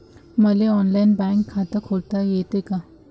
मले online bank खात खोलता येते का?